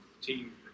team